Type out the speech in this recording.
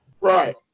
Right